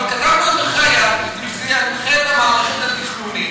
אבל כתבנו את ערכי היעד בשביל שזה ינחה את המערכת התכנונית.